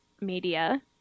media